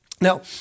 Now